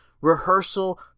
Rehearsal